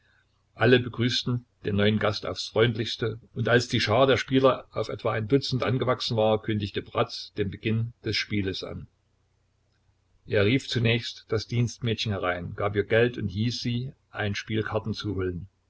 alle begrüßten den neuen gast aufs freundlichste und als die schar der spieler auf etwa ein dutzend angewachsen war kündigte bratz den beginn des spieles an er rief zunächst das dienstmädchen herein gab ihr geld und hieß sie ein spiel karten zu holen